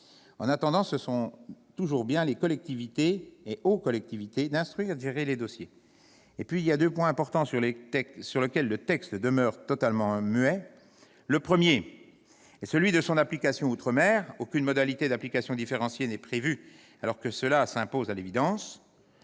En attendant, ce seront bien toujours aux collectivités d'instruire et de gérer les dossiers. Par ailleurs, il y a deux points importants sur lesquels le texte demeure totalement muet. Le premier est celui de son application outre-mer. Aucune modalité d'application différenciée n'est prévue, alors qu'elle s'imposerait à l'évidence.